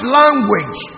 language